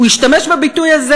הוא השתמש בביטוי הזה,